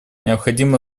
необходимо